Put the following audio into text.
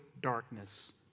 darkness